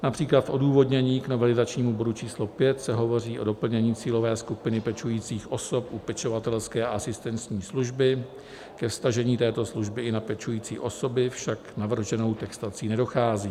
Například odůvodnění k novelizačnímu bodu číslo 5 se hovoří o doplnění cílové skupiny pečujících osob u pečovatelské a asistenční služby, ke vztažení této služby i na pečující osoby však navrženou textací nedochází.